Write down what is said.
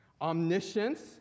omniscience